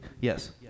Yes